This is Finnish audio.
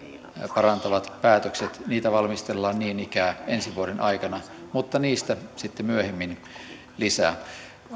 parantavia päätöksiä valmistellaan niin ikään ensi vuoden aikana mutta niistä sitten myöhemmin lisää